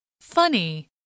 Funny